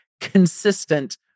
consistent